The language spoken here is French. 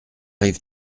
arrive